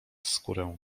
skórę